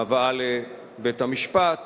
הבאה לבית-המשפט